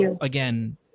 again